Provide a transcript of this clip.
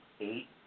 eight